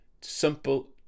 simple